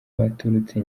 baturutse